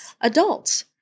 adults